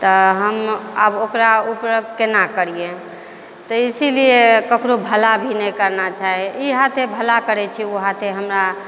तऽ हम आब ओकरा ऊपर केना करियै तऽ इसीलिये ककरो भला भी नहि करना चाही ई हाथे भला करै छियै ओ हाथे हमरा